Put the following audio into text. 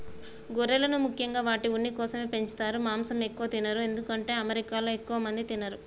గొర్రెలను ముఖ్యంగా వాటి ఉన్ని కోసమే పెంచుతారు మాంసం ఎక్కువ తినరు ఎందుకంటే అమెరికాలో ఎక్కువ మంది తినరు